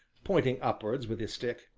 pointing upwards with his stick,